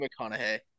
McConaughey